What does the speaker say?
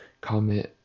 comment